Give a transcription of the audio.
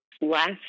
last